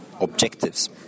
objectives